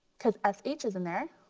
because s h is in there.